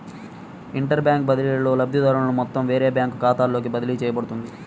inter bank బదిలీలో, లబ్ధిదారుని మొత్తం వేరే బ్యాంకు ఖాతాలోకి బదిలీ చేయబడుతుంది